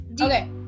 Okay